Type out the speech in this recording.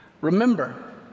Remember